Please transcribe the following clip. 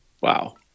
Wow